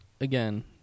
again